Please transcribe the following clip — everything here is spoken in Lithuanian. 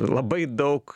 labai daug